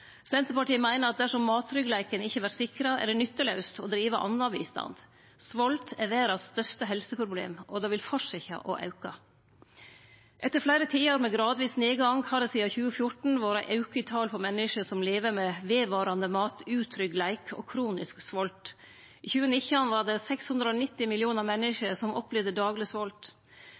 Senterpartiet meiner at dersom matsikkerheita ikkje vert sikra, er det nyttelaust å drive annan bistand. Svolt er verdas største helseproblem, og det vil fortsetje å auke. Etter fleire tiår med gradvis nedgang har det sidan 2014 vore ein auke i talet på menneske som lever med vedvarande matusikkerheit og kronisk svolt. I 2019 var det 690 millionar menneske som opplevde dagleg